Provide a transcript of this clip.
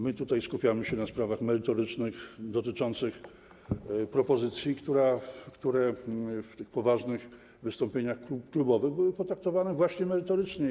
My skupiamy się na sprawach merytorycznych, dotyczących propozycji, które w poważnych wystąpieniach klubowych były potraktowane właśnie merytorycznie.